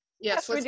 Yes